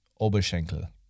oberschenkel